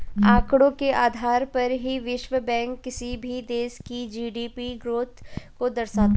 आंकड़ों के आधार पर ही विश्व बैंक किसी भी देश की जी.डी.पी ग्रोथ को दर्शाता है